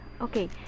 Okay